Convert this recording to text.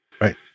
Right